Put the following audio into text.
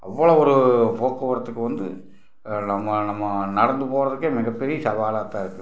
அவ்வளோ ஒரு போக்குவரத்துக்கு வந்து நம்ம நம்ம நடந்து போகிறதுக்கே மிகப்பெரிய சவாலாக தான் இருக்குது